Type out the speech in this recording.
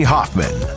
Hoffman